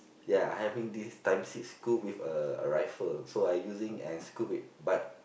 ya I having this times six scope with a a rifle so I using and scope it but